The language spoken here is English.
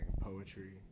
poetry